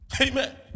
Amen